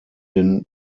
den